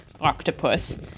octopus